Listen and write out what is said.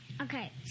Okay